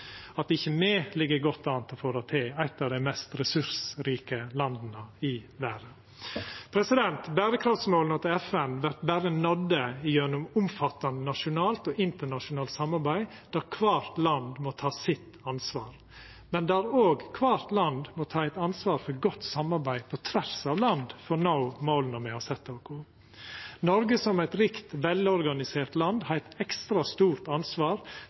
at ikkje me ligg godt an til å få det til – eit av dei mest ressursrike landa i verda. Berekraftsmåla til FN vert berre nådde gjennom omfattande nasjonalt og internasjonalt samarbeid der kvart land må ta sitt ansvar, men der kvart land òg må ta eit ansvar for godt samarbeid på tvers av land, for å nå måla me har sett oss. Noreg som eit rikt, velorganisert land har eit ekstra stort ansvar